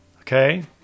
okay